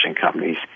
companies